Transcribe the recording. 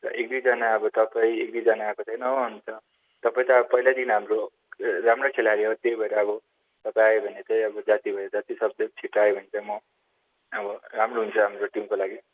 र एक दुईजना अब तपाईँ एक दुईजना आएको छैन हो अन्त तपाईँ त अब पहिलैदेखिन् हाम्रो राम्रो खेलाडी हो त्यही भएर अब र पायो भने चाहिँ जाती भएर जति सक्दो छिटो आयो भने चैँ मो आबो राम्रो हुन्छ हाम्रो टिमको लागि